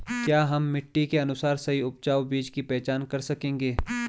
क्या हम मिट्टी के अनुसार सही उपजाऊ बीज की पहचान कर सकेंगे?